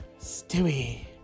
Stewie